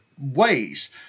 ways